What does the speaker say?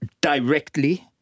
directly